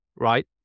right